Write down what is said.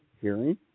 hearing